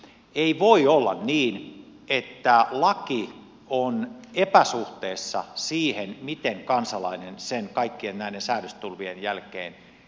ei voi olla niin että laki on epäsuhteessa siihen miten kansalainen sen kaikkien näiden säädöstulvien jälkeen kokee